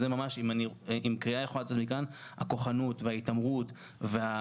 אם יכולה לצאת מכאן קריאה להפסיק את הכוחנות וההתעמרות והאגרסיביות.